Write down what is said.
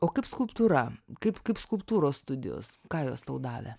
o kaip skulptūra kaip kaip skulptūros studijos ką jos tau davė